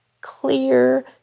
clear